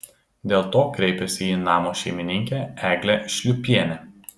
dėl to kreipėsi į namo šeimininkę eglę šliūpienę